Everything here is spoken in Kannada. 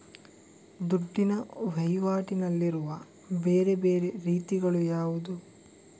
ದುಡ್ಡಿನ ವಹಿವಾಟಿನಲ್ಲಿರುವ ಬೇರೆ ಬೇರೆ ರೀತಿಗಳು ಯಾವುದು?